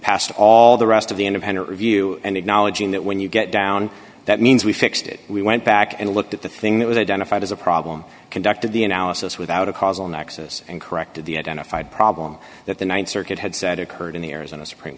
past all the rest of the end of her review and acknowledging that when you get down that means we fixed it we went back and looked at the thing that was identified as a problem conducted the analysis without a causal nexus and corrected the identified problem that the th circuit had said occurred in the arizona supreme